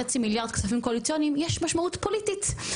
מיליארד כספים קואליציוניים יש משמעות פוליטית,